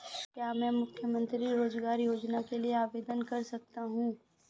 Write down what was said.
क्या मैं मुख्यमंत्री रोज़गार योजना के लिए आवेदन कर सकता हूँ?